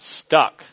stuck